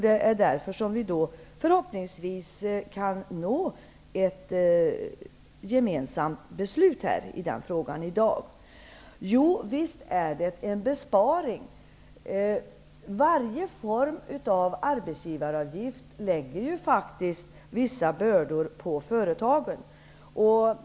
Det är därför som vi förhoppningsvis kan nå ett gemensamt beslut i denna fråga här i dag. Visst innebär detta en besparing. Varje form av arbetsgivaravgift lägger faktiskt vissa bördor på företagen.